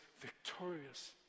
victorious